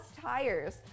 tires